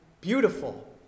beautiful